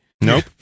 Nope